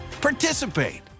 participate